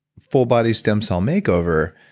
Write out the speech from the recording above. full body stem cell makeover,